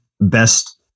best